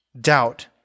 doubt